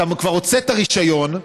אתה כבר הוצאת הרישיון,